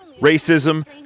Racism